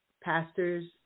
pastors